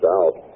out